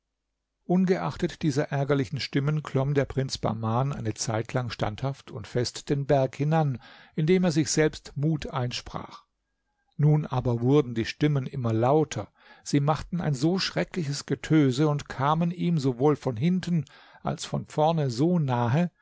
ungeachtet dieser ärgerlichen stimmen klomm der prinz bahman eine zeitlang standhaft und fest den berg hinan indem er sich selbst mut einsprach nun aber wurden die stimmen immer lauter sie machten ein so schreckliches getöse und kamen ihm sowohl von hinten als von vorne so nahe